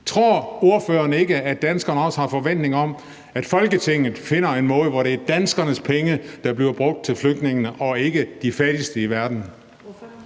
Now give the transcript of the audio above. Tror ordføreren ikke, at danskerne også har en forventning om, at Folketinget finder en måde, hvor det er danskernes penge og ikke de fattigste i verdens